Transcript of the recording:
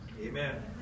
Amen